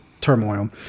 turmoil